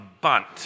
bunt